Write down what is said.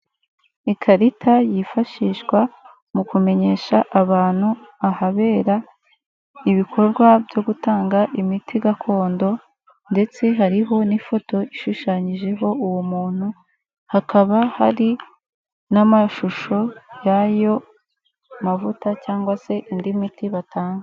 Ikarita yifashishwa mu kumenyesha abantu ahabera ibikorwa byo gutanga imiti gakondo ndetse hariho n'ifoto ishushanyijeho uwo muntu, hakaba hari n'amashusho y'ayo mavuta cyangwa se indi miti batanga.